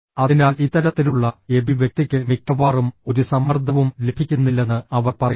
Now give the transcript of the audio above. അതിനാൽ ഇത്തരത്തിലുള്ള എബി വ്യക്തിക്ക് മിക്കവാറും ഒരു സമ്മർദ്ദവും ലഭിക്കുന്നില്ലെന്ന് അവർ പറയുന്നു